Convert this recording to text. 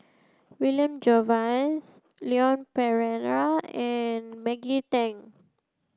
William Jervois Leon Perera and Maggie Teng